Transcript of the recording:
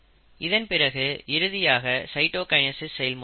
இதன்பிறகு இறுதியாக சைட்டோகைனசிஸ் செயல்முறை நடக்கும்